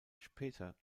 später